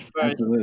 First